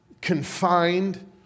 confined